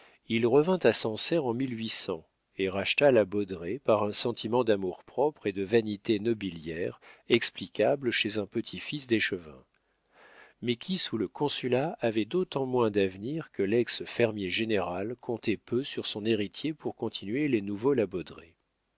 il revint à sancerre en et racheta la baudraye par un sentiment d'amour-propre et de vanité nobiliaire explicable chez un petit-fils d'échevin mais qui sous le consulat avait d'autant moins d'avenir que lex fermier général comptait peu sur son héritier pour continuer les nouveaux